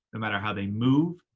matter how they move,